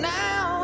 now